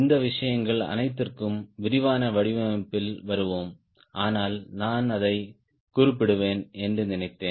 இந்த விஷயங்கள் அனைத்திற்கும் விரிவான வடிவமைப்பில் வருவோம் ஆனால் நான் அதைக் குறிப்பிடுவேன் என்று நினைத்தேன்